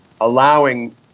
allowing